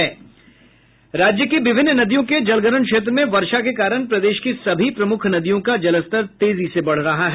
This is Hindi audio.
राज्य की विभिन्न नदियों के जलग्रहण क्षेत्र में वर्षा के कारण प्रदेश की सभी प्रमुख नदियों का जलस्तर तेजी से बढ़ रहा है